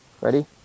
Ready